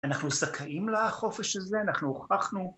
אנחנו זכאים להחופש הזה, אנחנו הוכחנו.